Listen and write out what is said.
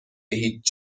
هیچ